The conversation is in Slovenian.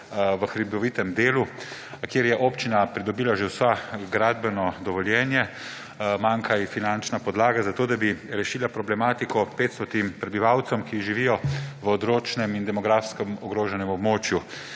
v hribovitem delu, kjer je občina pridobila že vse gradbeno dovoljenje. Manjka ji finančna podlaga za to, da bi rešila problematiko 500 prebivalcev, ki živijo v odročnem in demografsko ogroženem območju.